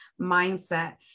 mindset